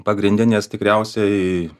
pagrindinės tikriausiai